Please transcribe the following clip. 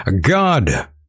God